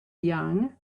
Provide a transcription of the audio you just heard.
young